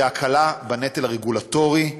הוא הקלה בנטל הרגולטורי.